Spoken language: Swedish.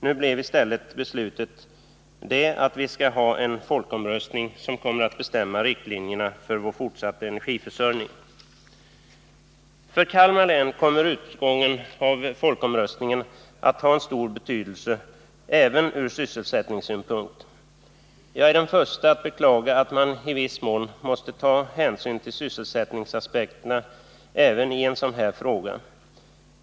Nu blev i stället beslutet det att vi skall ha en folkomröstning som kommer att bestämma riktlinjerna för vår fortsatta energiförsörjning. För Kalmar län kommer utgången av folkomröstningen att ha en stor betydelse även ur sysselsättningssynpunkt. Jag är den förste att beklaga att man i viss mån måste ta hänsyn till sysselsättningsaspekterna även i en sådan här fråga.